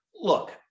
look